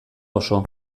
oso